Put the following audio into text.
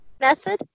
Method